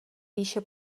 výše